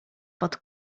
pod